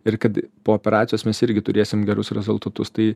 ir kad po operacijos mes irgi turėsim gerus rezultatus tai